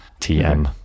TM